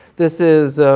this is